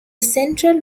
central